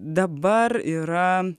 dabar yra